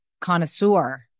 connoisseur